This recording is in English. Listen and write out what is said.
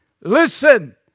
Listen